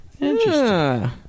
Interesting